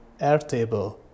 Airtable